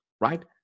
right